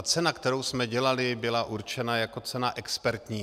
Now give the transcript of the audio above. Cena, kterou jsme dělali, byla určena jako cena expertní.